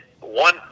one